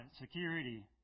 Security